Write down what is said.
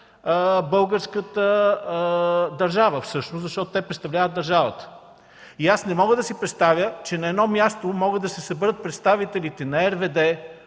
българската държава всъщност, защото те представляват държавата. Аз не мога да си представя, че на едно място могат да се съберат представителите на РВД